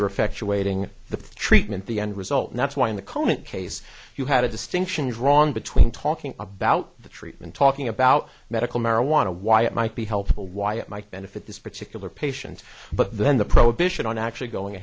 you're effectuating the treatment the end result that's why in the current case you had a distinction drawn between talking about the treatment talking about medical marijuana why it might be helpful why it might benefit this particular patient but then the prohibition on actually going